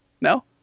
No